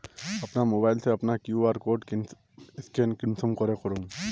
अपना मोबाईल से अपना कियु.आर कोड स्कैन कुंसम करे करूम?